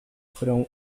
fueron